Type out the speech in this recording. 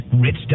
Rich